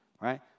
right